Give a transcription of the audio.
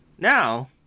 Now